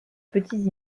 petits